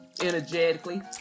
energetically